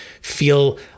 feel